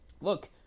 look